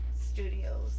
studios